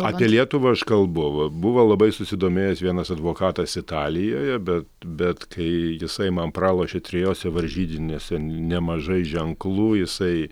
apie lietuvą aš kalbu va buvo labai susidomėjęs vienas advokatas italijoje be bet kai jisai man pralošė trijose varžytinėse nemažai ženklų jisai